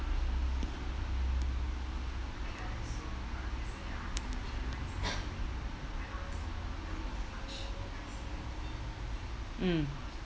mm